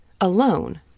alone